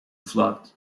flood